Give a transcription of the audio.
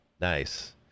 Nice